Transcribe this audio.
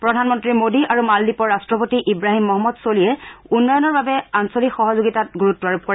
প্ৰধানমন্ত্ৰী মোডী আৰু মালদ্বীপৰ ৰাট্টপতি ইৱাহিম মহম্মদ ছলিয়ে উন্নয়নৰ বাবে আঞ্চলিক সহযোগিতাত গুৰুত্ব আৰোপ কৰে